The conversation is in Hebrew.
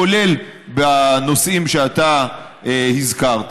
כולל בנושאים שאתה הזכרת.